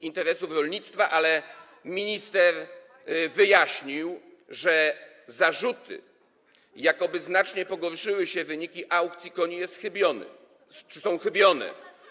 interesów rolnictwa, ale minister wyjaśnił, że zarzuty, jakoby znacznie pogorszyły się wyniki aukcji koni, są chybione.